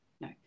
No